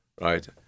right